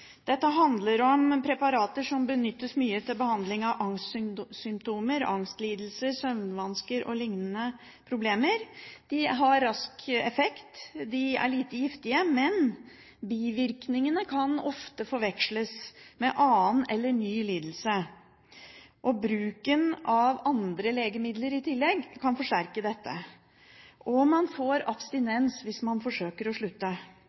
Dette handler om preparater som benyttes mye til behandling av angstsymptomer, angstlidelser, søvnvansker og lignende problemer. De har rask effekt, og de er lite giftige. Men bivirkningene kan ofte forveksles med annen, eller ny, lidelse. Bruken av andre legemidler i tillegg kan forsterke dette, og man får abstinens hvis man forsøker å slutte.